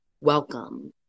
welcome